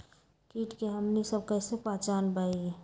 किट के हमनी सब कईसे पहचान बई?